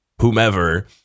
whomever